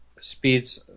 speeds